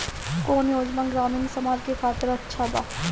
कौन योजना ग्रामीण समाज के खातिर अच्छा बा?